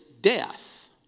death